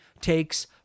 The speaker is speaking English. takes